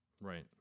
right